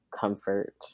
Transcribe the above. comfort